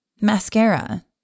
mascara